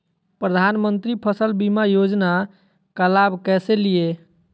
प्रधानमंत्री फसल बीमा योजना का लाभ कैसे लिये?